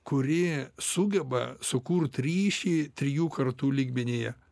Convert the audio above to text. kuri sugeba sukurt ryšį trijų kartų lygmenyje